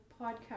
podcast